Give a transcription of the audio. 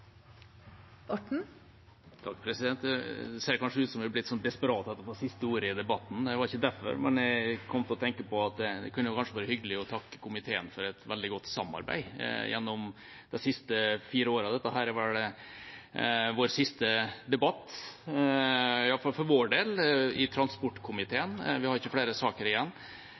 Takk for debatten! Det ser kanskje ut som om jeg er desperat etter å få siste ordet i debatten. Det er ikke derfor jeg tar ordet. Jeg kom til å tenke på at det kanskje kunne være hyggelig å takke komiteen for et veldig godt samarbeid gjennom de siste fire årene. Dette er vel for transportkomiteens del siste debatt, vi har ikke flere saker igjen.